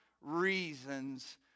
Reasons